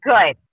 Good